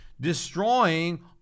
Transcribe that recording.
destroying